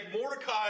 Mordecai